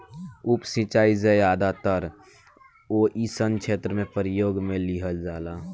उप सिंचाई ज्यादातर ओइ सन क्षेत्र में प्रयोग में लिहल जाला